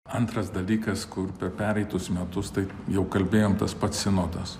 antras dalykas kur per pereitus metus tai jau kalbėjom tas pats sinodas